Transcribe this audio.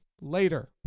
Later